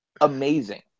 Amazing